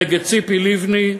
נגד ציפי לבני,